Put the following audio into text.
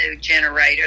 generator